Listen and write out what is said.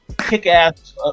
kick-ass